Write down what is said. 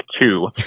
two